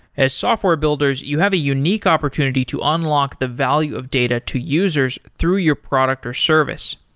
as software builders, you have a unique opportunity to unlock the value of data to users through your product or service.